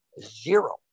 Zero